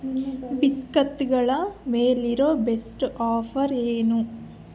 ಬಿಸ್ಕತ್ತುಗಳ ಮೇಲಿರೊ best offer ಏನು